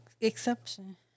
exception